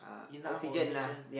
enough oxygen